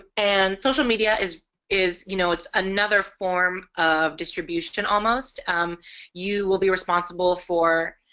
and social media is is you know it's another form of distribution almost you will be responsible for